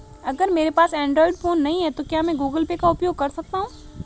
अगर मेरे पास एंड्रॉइड फोन नहीं है तो क्या मैं गूगल पे का उपयोग कर सकता हूं?